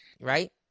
right